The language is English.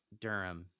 Durham